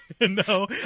No